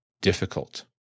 difficult